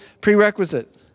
prerequisite